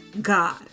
God